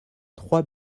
trois